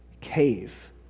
cave